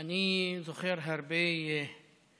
ואני צריך להחזיר את כל הכסף.